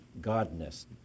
Godness